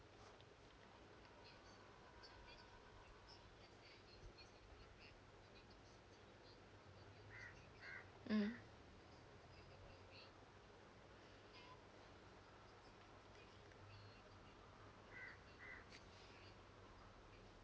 mm